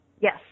Yes